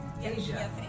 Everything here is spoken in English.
Asia